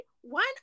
one